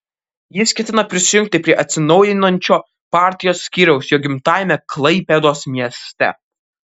jis ketina prisijungti prie atsinaujinančio partijos skyriaus jo gimtajame klaipėdos mieste